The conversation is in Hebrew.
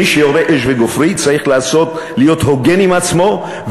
מי שיורה אש וגופרית צריך להיות הוגן עם עצמו,